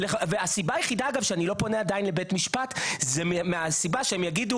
הסיבה היחידה אגב שאני לא פונה עדיין לבית משפט זה מהסיבה שהם יגידו